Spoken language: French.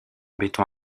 béton